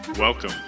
Welcome